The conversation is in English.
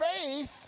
faith